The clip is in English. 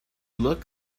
look